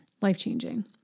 life-changing